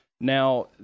Now